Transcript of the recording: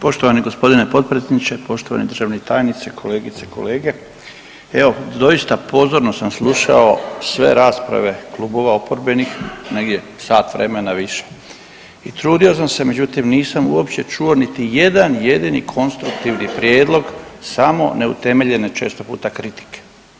Poštovani gospodine potpredsjedniče, poštovani državni tajniče, kolegice i kolege, evo doista pozorno sam slušao sve rasprave klubova oporbenih negdje sat vremena više i trudio sam se međutim nisam uopće čuo niti jedan jedini konstruktivni prijedlog samo neutemeljene često puta kritike.